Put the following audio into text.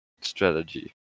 strategy